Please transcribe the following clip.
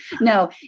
No